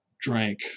drank